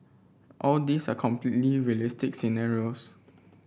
all these are completely realistic scenarios